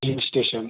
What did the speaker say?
hill station